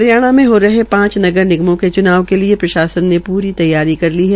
हरियाणा में हो रहे पांच नगर निगमों के चुनाव के लिये प्रशासन ने प्री तैयारी कर ली है